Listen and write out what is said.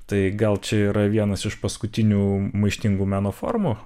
tai gal čia yra vienas iš paskutinių maištingų meno formų